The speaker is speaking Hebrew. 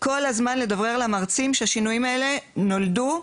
כל הזמן לדברר למרצים שהשינויים האלה נולדו,